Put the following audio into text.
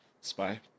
Spy